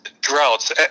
droughts